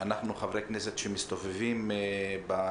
אנחנו, חברי הכנסת שמסתובבים ביישובים,